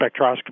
spectroscopy